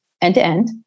end-to-end